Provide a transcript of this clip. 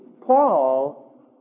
Paul